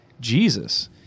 Jesus